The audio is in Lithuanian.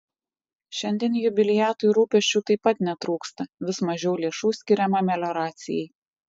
šiandien jubiliatui rūpesčių taip pat netrūksta vis mažiau lėšų skiriama melioracijai